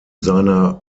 seiner